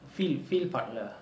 field field பன்னல:pannala